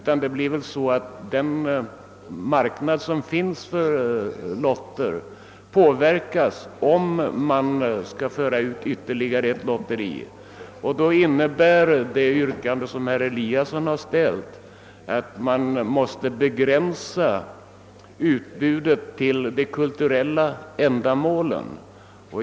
Den marknad som finns för lotter kommer förmodligen att påverkas om man för ut ännu ett lotteri. Det yrkande som herr Eliasson har framställt innebär fördenskull att man måste begränsa utbudet till de kulturella ändamålen.